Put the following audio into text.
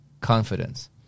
confidence